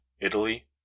Italy